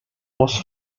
was